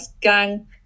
gang